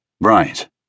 Right